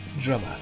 drummer